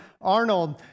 Arnold